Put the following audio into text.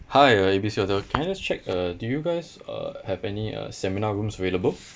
hi uh A B C hotel can I just check uh do you guys uh have any uh seminar rooms available